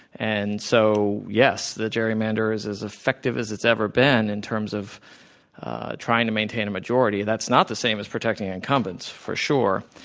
and so, yes, the gerrymander is as effective as it's ever been in terms of trying to maintain a majority. that's not the same as protecting incumbents, for sure.